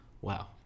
Wow